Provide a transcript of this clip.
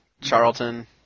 Charlton